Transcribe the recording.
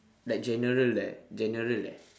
like general eh general eh